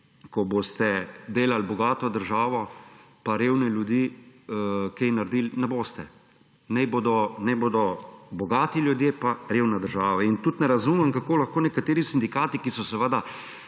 ko boste delali bogato državo pa revne ljudi, kaj naredili, ne boste. Naj bodo bogati ljudje pa revna država. Tudi ne razumem, kako lahko nekateri sindikati, ki so seveda